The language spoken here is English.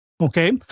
Okay